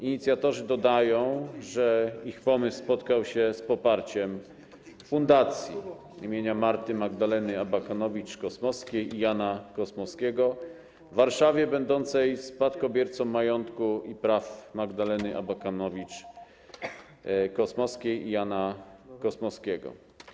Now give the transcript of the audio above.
Inicjatorzy dodają, że ich pomysł spotkał się z poparciem Fundacji im. Marty Magdaleny Abakanowicz-Kosmowskiej i Jana Kosmowskiego w Warszawie będącej spadkobiercą majątku i praw Magdaleny Abakanowicz-Kosmowskiej i Jana Kosmowskiego.